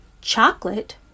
Chocolate